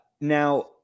now